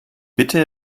bitte